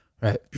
Right